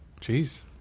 Jeez